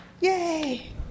Yay